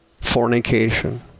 fornication